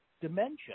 dementia